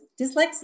dyslexia